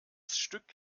stück